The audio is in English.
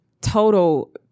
total